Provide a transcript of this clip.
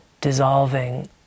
dissolving